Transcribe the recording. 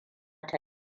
ta